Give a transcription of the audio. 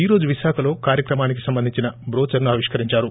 ఈరోజు విశాఖలో కార్వక్రమానికి సంబంధించిన ట్రోచర్ ను ఆవిష్కరించారు